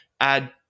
add